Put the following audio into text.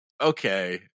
okay